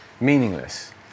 meaningless